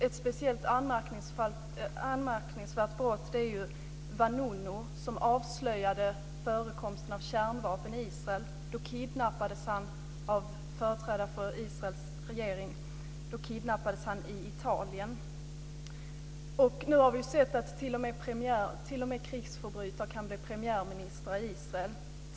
Ett speciellt anmärkningsvärt brott är brottet mot Nu har vi sett att t.o.m. krigsförbrytare kan bli premiärministrar i Israel.